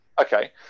Okay